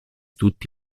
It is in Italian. tutti